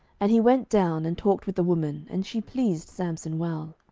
and he went down, and talked with the woman and she pleased samson well.